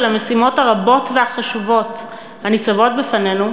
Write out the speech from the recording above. המשימות הרבות והחשובות הניצבות בפנינו,